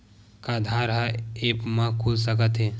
का आधार ह ऐप म खुल सकत हे?